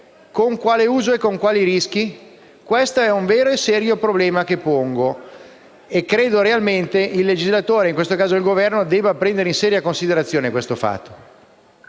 con quale uso e con quali rischi? Questo è un vero e serio problema che pongo. Credo che il legislatore (in questo caso, il Governo) debba prendere in seria considerazione questo fatto.